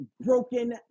broken